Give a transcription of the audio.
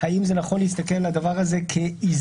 האם נכון להסתכל על הדבר הזה כאיזון,